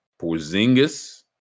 Porzingis